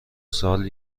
سال